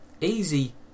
easy